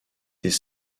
des